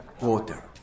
water